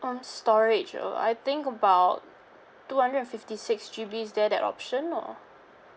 um storage uh I think about two hundred and fifty six G_B is there that option or